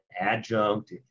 adjunct